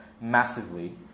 massively